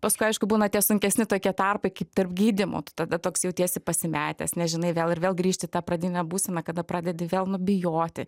paskui aišku būna tie sunkesni tokie tarpai tarp gydymo tu tada toks jautiesi pasimetęs nežinai vėl ir vėl grįžti į tą pradinę būseną kada pradedi vėl bijoti